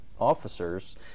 officers